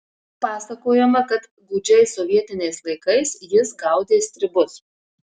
pasakojama kad gūdžiais sovietiniais laikais jis gaudė stribus